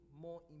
more